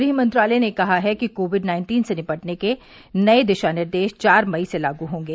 गृह मंत्रालय ने कहा है कि कोविड नाइन्टीन से निपटने के नए दिशा निर्देश चार मई से लागू होंगे